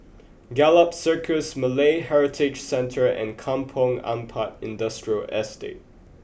Gallop Circus Malay Heritage Centre and Kampong Ampat Industrial Estate